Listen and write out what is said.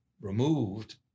removed